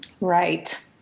Right